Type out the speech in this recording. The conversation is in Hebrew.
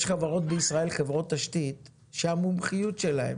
יש חברות תשתית בישראל שהמומחיות שלהן